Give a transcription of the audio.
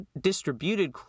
distributed